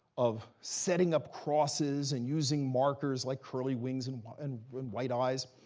of setting up crosses and using markers, like curly wings and white and white eyes,